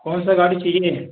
कौनसा गाड़ी चहिए